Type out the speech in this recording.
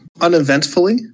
uneventfully